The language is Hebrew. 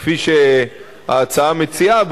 כפי שההצעה מציעה,